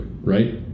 right